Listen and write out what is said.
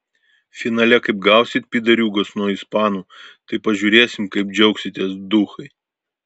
finale kaip gausit pydariūgos nuo ispanų tai pažiūrėsim kaip džiaugsitės duchai